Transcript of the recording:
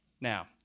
Now